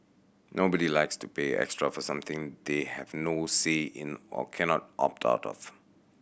nobody likes to pay extra for something they have no say in or cannot opt out of